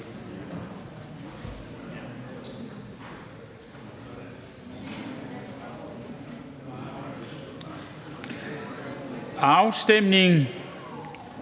Afstemningen